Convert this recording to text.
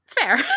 Fair